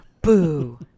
Boo